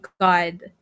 God